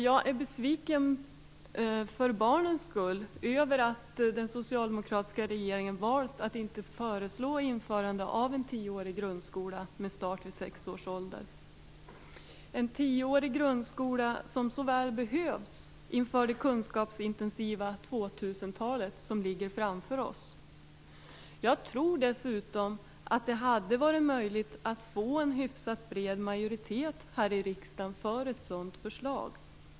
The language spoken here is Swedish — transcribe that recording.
Jag är besviken för barnens skull över att den socialdemokratiska regeringen valt att inte föreslå införande av tioårig grundskola med start vid sex års ålder; en tioårig grundskola som så väl behövs inför det kunskapsintensiva 2000-talet, som ligger framför oss. Jag tror dessutom att det hade varit möjligt att få en hyfsat bred majoritet här i riksdagen för ett sådant förslag.